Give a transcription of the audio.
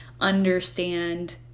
understand